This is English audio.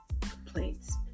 complaints